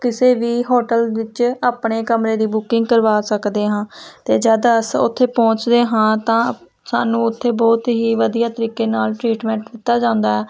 ਕਿਸੇ ਵੀ ਹੋਟਲ ਵਿੱਚ ਆਪਣੇ ਕਮਰੇ ਦੀ ਬੁਕਿੰਗ ਕਰਵਾ ਸਕਦੇ ਹਾਂ ਅਤੇ ਜਦ ਅਸੀਂ ਉੱਥੇ ਪਹੁੰਚਦੇ ਹਾਂ ਤਾਂ ਸਾਨੂੰ ਉੱਥੇ ਬਹੁਤ ਹੀ ਵਧੀਆ ਤਰੀਕੇ ਨਾਲ ਟ੍ਰੀਟਮੈਂਟ ਦਿੱਤਾ ਜਾਂਦਾ ਹੈ